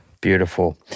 Beautiful